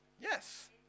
Yes